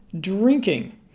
drinking